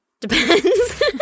Depends